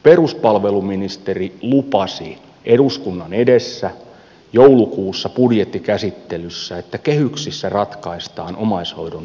peruspalveluministeri lupasi eduskunnan edessä joulukuussa budjettikäsittelyssä että kehyksissä ratkaistaan omaishoidon tuen verokohtelu